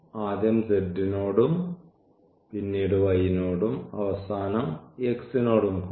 ആദ്യം z നോടും പിന്നീട് y നോടും അവസാനം x നോടും കൂടി